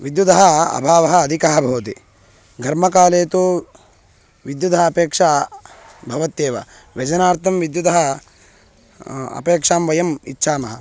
विद्युदः अभावः अधिकः भवति घर्मकाले तु विद्युदः अपेक्षा भवत्येव व्यजनार्थं विद्युदः अपेक्षां वयम् इच्छामः